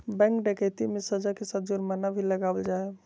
bank डकैती मे सज़ा के साथ जुर्माना भी लगावल जा हय